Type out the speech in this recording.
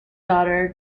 daughter